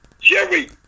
Jerry